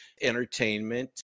entertainment